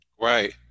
Right